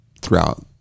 throughout